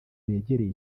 begereye